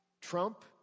Trump